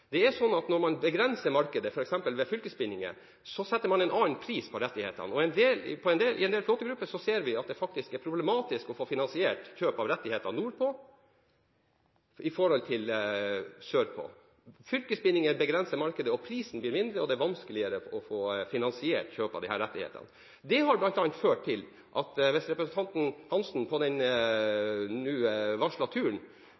I en del fartøygrupper ser vi at det faktisk er problematisk å få finansiert kjøp av rettigheter nordpå i forhold til sørpå. Fylkesbindingen begrenser markedet, prisen blir lavere, og det er vanskeligere å få finansiert kjøp av disse rettighetene. Hun vil se at dette bl.a. har ført til – hvis representanten Hansen på den nå varslede turen